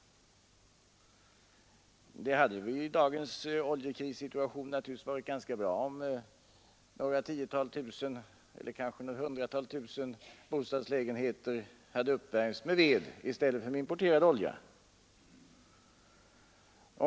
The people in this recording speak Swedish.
Det hade ju i dagens oljekrissituation varit ganska bra, om några tiotal eller hundratal tusen bostadslägenheter hade uppvärmts med ved i stället för med importerad olja.